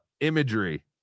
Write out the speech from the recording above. imagery